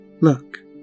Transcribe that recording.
Look